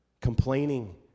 complaining